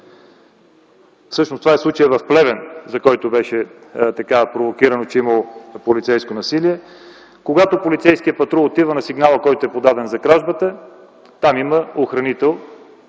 всъщност, това е случаят в Плевен, за който беше провокирано, че е имало полицейско насилие. Когато полицейският патрул отива на сигнала, който е подаден за кражбата, там има охранител,